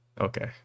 Okay